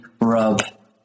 rub